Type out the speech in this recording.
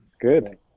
Good